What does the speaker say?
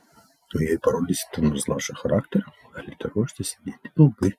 o jei parodysite nors lašą charakterio galite ruoštis sėdėti ilgai